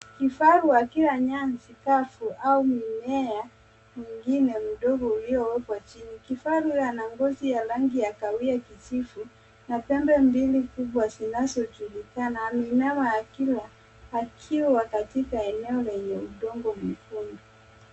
Kifaru akila nyasi kavu au mmea mwingine mdogo uliowekwa chini. Kifaru huyo ana ngozi ya rangi ya kahawia kijivu, na pembe mbili kubwa zinazojulikana. Ameinama akila, akiwa katika eneo lenye udongo mwekundu.